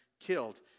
killed